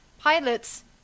pilots